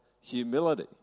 humility